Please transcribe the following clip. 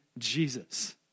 Jesus